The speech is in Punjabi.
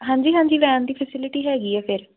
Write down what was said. ਹਾਂਜੀ ਹਾਂਜੀ ਵੈਨ ਦੀ ਫੈਸਿਲਿਟੀ ਹੈਗੀ ਹੈ ਫੇਰ